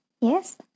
yes